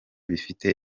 bifite